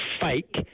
fake